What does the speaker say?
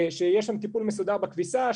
שיש שם טיפול מסודר בכביסה,